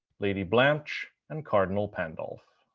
lady blanche, and cardinal pandulph.